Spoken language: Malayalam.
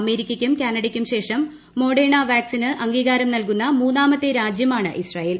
അമേരിക്കയ്ക്കും കാനഡയ്ക്കും ശേഷം മോഡേണ വാക്സിന് അംഗീകാരം നൽകുന്ന മൂന്നാമത്തെ രാജ്യമാണ് ഇസ്രയേൽ